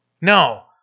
No